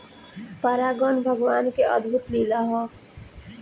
परागन भगवान के अद्भुत लीला होला